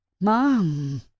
Mom